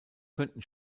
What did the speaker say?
könnten